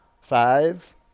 Five